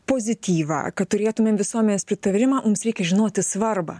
pozityvą kad turėtumėm visuomenės pritarimą mums reikia žinoti svarbą